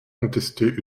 contester